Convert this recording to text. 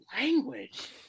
language